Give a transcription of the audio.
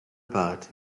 part